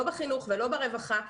אם בחינוך ואם ברווחה,